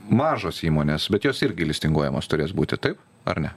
mažos įmonės bet jos irgi listinguojamos turės būti taip ar ne